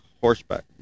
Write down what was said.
horseback